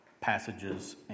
passages